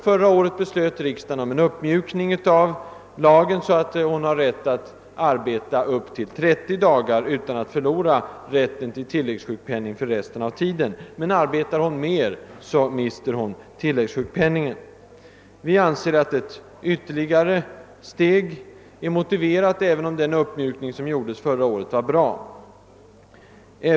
Förra året beslöt riskdagen om en sådan uppmjukning av lagen, att hon har rätt att arbeta upp till 30 dagar utan att förlora rätten till tilläggssjukpenning för resten av tiden; om hon arbetar mer, mister hon däremot tilläggssjukpenningen. Vi anser att ett ytterligare steg är motiverat, även om den uppmjukning som gjordes förra året var bra.